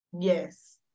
Yes